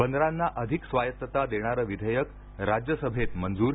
बंदरांना अधिक स्वायत्तता देणारं विधेयक राज्यसभेत मंजूर